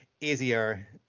easier